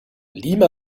lima